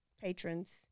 patrons